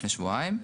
לפני שבועיים.